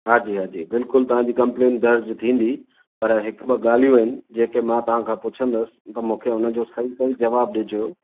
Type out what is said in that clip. हा जी हा जी बिल्कुलु तव्हांजी कंप्लेन दर्जु थींदी पर हिकु ॿ ॻाल्हियूं आहिनि जेके मां तव्हांखां पुछंदुसि त मूंखे उनजो सही सही जवाबु ॾिजो